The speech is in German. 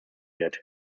wird